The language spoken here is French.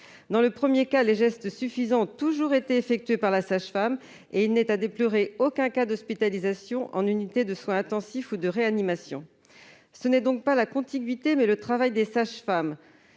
Dans le premier cas, les gestes suffisants ont toujours été effectués par la sage-femme, et il n'est à déplorer aucun cas d'hospitalisation en unité de soins intensifs ou de réanimation. C'est donc non pas la contiguïté, mais le travail des sages-femmes